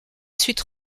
suite